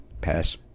Pass